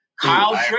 Kyle